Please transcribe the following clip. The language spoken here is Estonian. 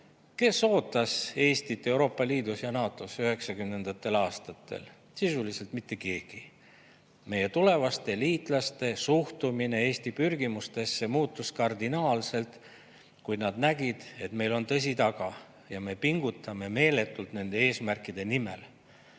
Kes ootas Eestit Euroopa Liidus ja NATO-s 1990. aastatel? Sisuliselt mitte keegi. Meie tulevaste liitlaste suhtumine Eesti pürgimustesse muutus kardinaalselt, kui nad nägid, et meil on tõsi taga ja me pingutame meeletult nende eesmärkide nimel.